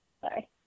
Sorry